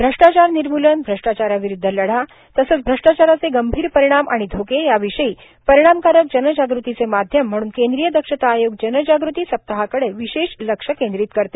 भ्रष्टाचार निर्म्लन श्रष्टाचाराविरुदध लढा तसेच श्रष्टाचाराचे गंभीर परिणाम आणि धोके याविषयी परिणामकारक जनजागृतीचे माध्यम म्हणून केंद्रीय दक्षता आयोग जनजागृती सप्ताहाकडे विशेष लक्ष केंद्रित करते